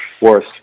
worse